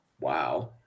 Wow